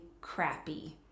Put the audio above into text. crappy